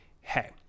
Hey